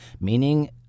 meaning